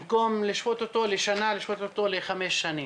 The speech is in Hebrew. במקום לשפוט אותו לשנה, לשפוט אותו לחמש שנים,